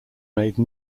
made